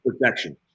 protection